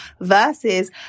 versus